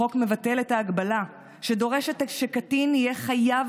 החוק מבטל את ההגבלה שדורשת שקטין יהיה חייב